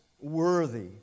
worthy